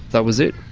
that was it.